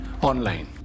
online